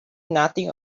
nothing